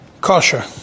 kosher